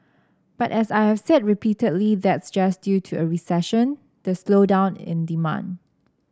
but as I've said repeatedly that's just due to a recession the slowdown in demand